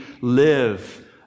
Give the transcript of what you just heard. live